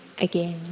again